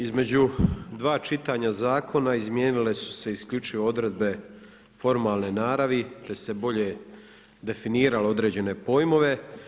Između dva čitanja zakona izmijenile su se isključivo odredbe formalne naravi te se bolje definiralo određene pojmove.